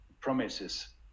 promises